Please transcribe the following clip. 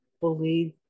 believe